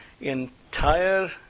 entire